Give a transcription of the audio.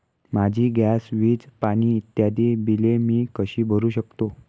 माझी गॅस, वीज, पाणी इत्यादि बिले मी कशी भरु शकतो?